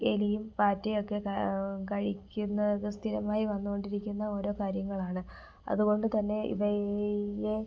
എലിയും പാറ്റയൊക്കെ ക കഴിക്കുന്നതു സ്ഥിരമായി വന്ന് കൊണ്ടിരിക്കുന്ന ഓരോ കാര്യങ്ങളാണ് അതുകൊണ്ടുതന്നെ ഇവയെ